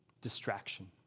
distraction